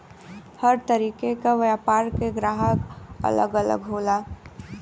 हर तरीके क व्यापार के ग्राहक अलग अलग होला